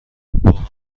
واقعن